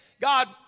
God